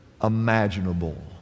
Imaginable